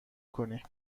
کنی